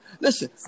Listen